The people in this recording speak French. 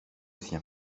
sien